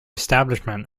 establishment